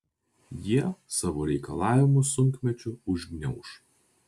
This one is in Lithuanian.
jie savo reikalavimus sunkmečiu užgniauš